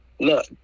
look